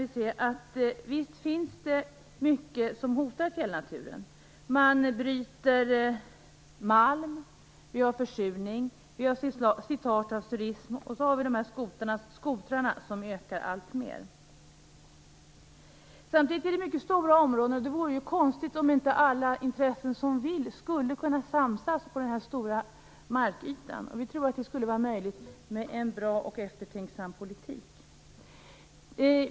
Visst finns det mycket som hotar fjällnaturen. Man bryter malm, vi har försurning, vi har inslag av turism och så har vi skoterkörningen som ökar alltmer. Samtidigt gäller det mycket stora områden, och det vore ju konstigt om inte alla intressen som vill skulle kunna samsas på denna stora markyta. Vi tror att det skulle vara möjligt med en bra och eftertänksam politik.